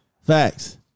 Facts